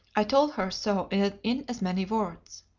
i told her so in as many words.